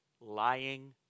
Lying